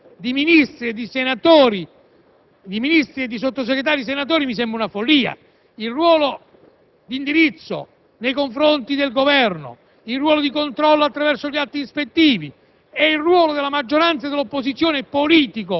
attraverso la presenza di Ministri e di Sottosegretari senatori mi sembra una follia, il ruolo d'indirizzo nei confronti del Governo, il ruolo di controllo attraverso gli atti ispettivi